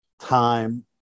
time